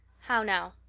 how, now?